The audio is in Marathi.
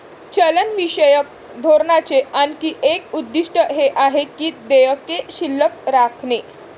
चलनविषयक धोरणाचे आणखी एक उद्दिष्ट हे आहे की देयके शिल्लक राखणे